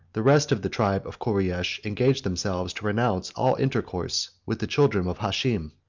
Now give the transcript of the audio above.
the rest of the tribe of koreish engaged themselves to renounce all intercourse with the children of hashem,